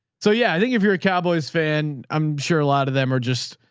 so yeah, i think if you're a cowboys fan, i'm sure a lot of them are just,